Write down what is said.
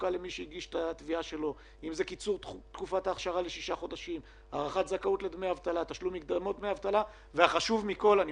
שמגיש תביעה לקבל דמי אבטלה או חל"ת אחרי 7 באפריל נדרש,